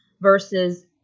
versus